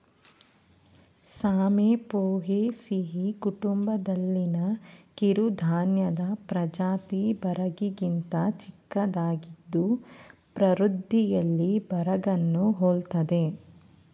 ಸಾಮೆ ಪೋಯೇಸಿಯಿ ಕುಟುಂಬದಲ್ಲಿನ ಕಿರುಧಾನ್ಯದ ಪ್ರಜಾತಿ ಬರಗಿಗಿಂತ ಚಿಕ್ಕದಾಗಿದ್ದು ಪ್ರವೃತ್ತಿಯಲ್ಲಿ ಬರಗನ್ನು ಹೋಲ್ತದೆ